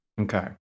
Okay